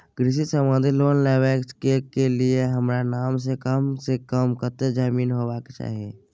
कृषि संबंधी लोन लेबै के के लेल हमरा नाम से कम से कम कत्ते जमीन होबाक चाही?